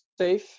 safe